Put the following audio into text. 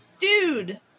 Dude